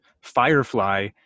Firefly